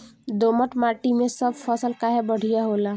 दोमट माटी मै सब फसल काहे बढ़िया होला?